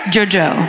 Jojo